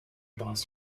bus